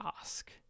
ask